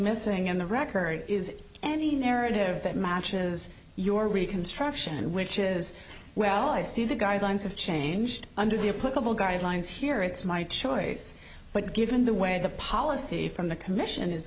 missing in the record is any narrative that matches your reconstruction and which is well i see the guidelines have changed under the a political guidelines here it's my choice but given the way the policy from the commission is